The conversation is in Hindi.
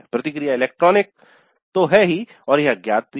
प्रतिक्रिया इलेक्ट्रॉनिक तो है ही और यह अज्ञात भी है